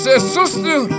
Sister